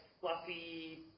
fluffy